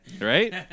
Right